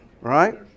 right